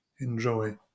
Enjoy